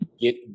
get